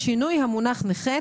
(שינוי המונח נכה),